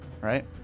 Right